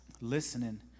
listening